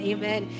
Amen